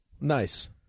Nice